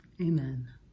Amen